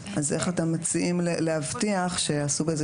אז איך אתם מציעים להבטיח שיעשו בזה